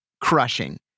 crushing